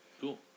Cool